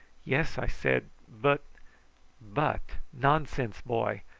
yes! i said but but! nonsense, boy!